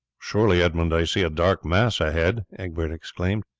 surely, edmund, i see a dark mass ahead? egbert exclaimed.